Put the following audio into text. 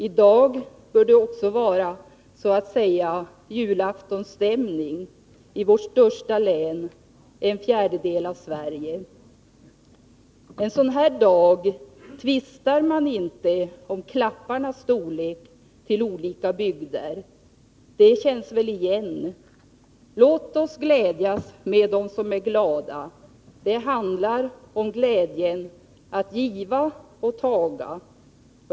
I dag bör det också vara så att säga julaftonsstämning i vårt största län — en fjärdedel av Sverige. En sådan här dag tvistar man inte om ”klapparnas storlek” i olika bygder — det känns väl igen. Låt oss glädjas med dem som är glada! Det handlar om glädjen att giva och taga.